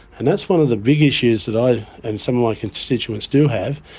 and that's one of the big issues that i and some of my constituents do have,